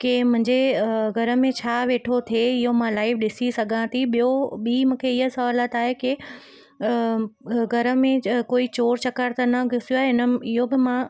कि मुंहिंजे घर में छा वेठो थिए इहो मां लाइव ॾिसी सघां थी ॿियो बि मूंखे इअं सहूलियत आहे कि घर में कोई चोर चकार त न घुसियो आहे हिन इहो बि मां